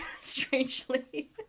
strangely